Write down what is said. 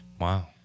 Wow